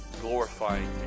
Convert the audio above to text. glorifying